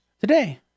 today